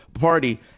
Party